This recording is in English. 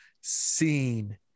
seen